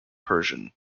persian